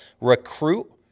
Recruit